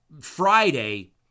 Friday